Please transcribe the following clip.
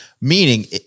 Meaning